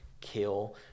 kill